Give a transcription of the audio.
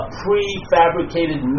prefabricated